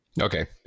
Okay